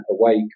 awake